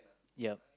ya